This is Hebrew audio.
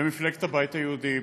במפלגת הבית היהודי,